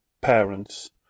parents